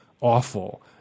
awful